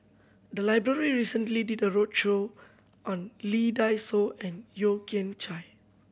the library recently did a roadshow on Lee Dai Soh and Yeo Kian Chai